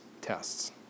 tests